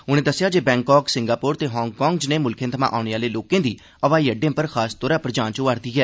उनें दस्सेआ जे बैंकाक सिंगापोर ते हांगकांग ज्नेय मुल्खें थमा औने आह्ले लोकें दी ब्हाई अड्डें पर खासतौर पर जांच कीती जा'रदी ऐ